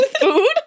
food